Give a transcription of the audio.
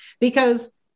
Because-